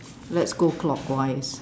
let's go clockwise